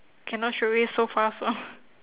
cannot straight away so fast [one]